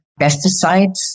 pesticides